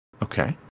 Okay